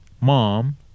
Mom